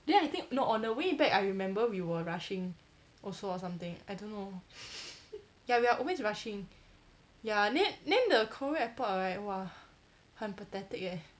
then I think no on the way back I remember we were rushing also or something I don't know ya we are always rushing ya then then the korea airport right !wah! 很 pathetic eh